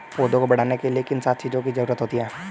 पौधों को बढ़ने के लिए किन सात चीजों की जरूरत होती है?